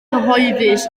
cyhoeddus